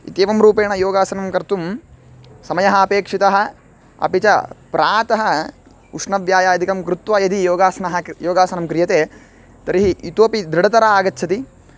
इत्येवं रूपेण योगासनं कर्तुं समयः अपेक्षितः अपि च प्रातः उष्णव्यायामादिकं कृत्वा यदि योगासनं योगासनं क्रियते तर्हि इतोपि दृढतरा आगच्छति